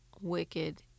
wicked